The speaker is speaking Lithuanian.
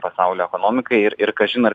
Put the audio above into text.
pasaulio ekonomikai ir ir kažin ar